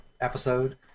episode